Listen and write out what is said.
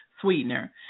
sweetener